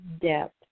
depth